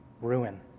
ruin